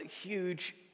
huge